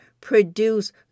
produce